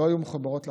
לא היו מחוברות לחשמל.